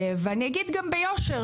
ואני אגיד גם ביושר,